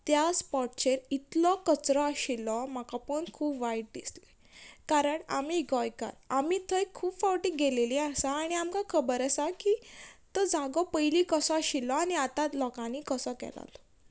त्या स्पॉटचेर इतलो कचरो आशिल्लो म्हाका पोवन खूब वायट दिसलें कारण आमी गोंयकार आमी थंय खूब फावटी गेलेलीं आसा आनी आमकां खबर आसा की तो जागो पयलीं कसो आशिल्लो आनी आतां लोकांनी कसो केला तो